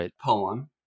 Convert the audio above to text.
poem